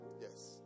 Yes